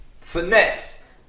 Finesse